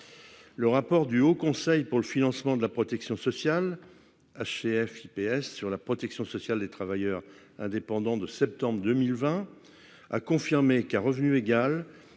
Le rapport du Haut Conseil du financement de la protection sociale (HCFiPS) sur la protection sociale des travailleurs indépendants de septembre 2020 a confirmé que, à revenu égal,